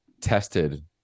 tested